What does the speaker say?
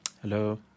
Hello